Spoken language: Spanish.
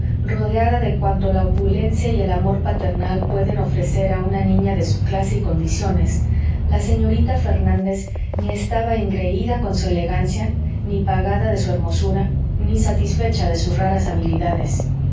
rodeada de cuanto la opulencia y el amor paternal pueden ofrecer a una niña de su clase y condiciones la señorita fernández ni estaba engreída con su elegancia ni pagada de su hermosura ni satisfecha de sus raras habilidades